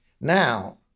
Now